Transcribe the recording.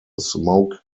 smoke